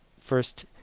first